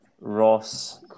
Ross